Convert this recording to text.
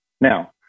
Now